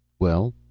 well?